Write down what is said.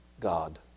God